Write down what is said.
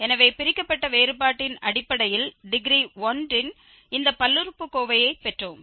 எனவே பிரிக்கப்பட்ட வேறுபாட்டின் அடிப்படையில் டிகிரி 1 இன் இந்த பல்லுறுப்புக்கோவையைப் பெற்றோம்